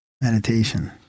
meditation